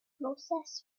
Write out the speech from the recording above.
process